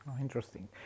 Interesting